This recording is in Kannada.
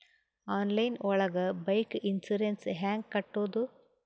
ಆನ್ಲೈನ್ ಒಳಗೆ ಬೈಕ್ ಇನ್ಸೂರೆನ್ಸ್ ಹ್ಯಾಂಗ್ ಕಟ್ಟುದು?